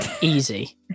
Easy